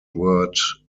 word